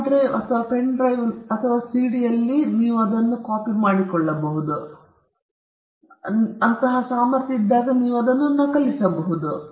hard drive ಅಥವಾ pen ಡ್ರೈವಿನಲ್ಲಿ ಸಿಡಿನಲ್ಲಿ ಏನೇ ಇರಲಿ ಅದನ್ನು ಮಾಡಲು ಸಾಮರ್ಥ್ಯವನ್ನು ಹೊಂದಿದ್ದರೆ ನೀವು ಅದನ್ನು ನಕಲಿಸಬಹುದು